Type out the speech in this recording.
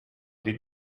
did